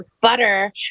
butter